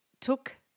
took